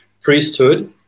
priesthood